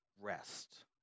rest